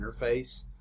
interface